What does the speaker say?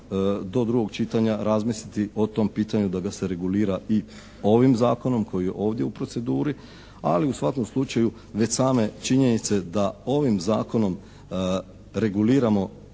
do drugog čitanja razmisliti o tom pitanju da ga se regulira i ovim Zakonom koji je ovdje u proceduri. Ali u svakom slučaju već same činjenice da ovim Zakonom reguliramo